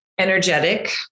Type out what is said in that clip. Energetic